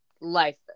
life